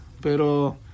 pero